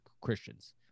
christians